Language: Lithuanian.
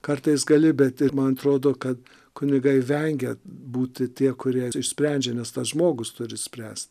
kartais gali bet ir man atrodo kad kunigai vengia būti tie kurie išsprendžia nes tas žmogus turi spręst